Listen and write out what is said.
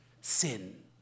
Sin